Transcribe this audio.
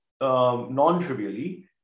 non-trivially